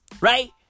Right